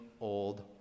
old